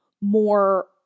more